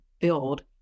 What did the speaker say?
build